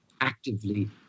actively